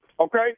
okay